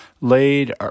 laid